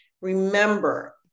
Remember